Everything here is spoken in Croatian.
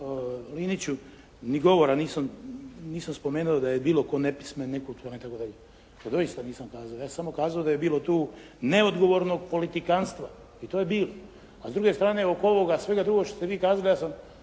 Liniću, ni govora nisam spomenuo da je bilo tko nepismen, nekulturan i tako dalje. To doista nisam kazao. Ja sam samo kazao da je bilo tu neodgovornog politikanstva. I to je bilo. A s druge strane, oko ovoga svega drugoga što ste vi kazali, ja sam